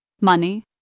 Money